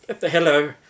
hello